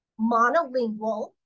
monolingual